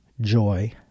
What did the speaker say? joy